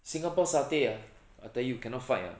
singapore satay uh I tell you cannot fight ah